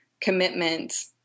commitment